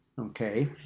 okay